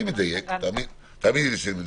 אני מדייק, תאמיני לי שאני מדייק,